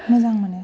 मोजां मोनो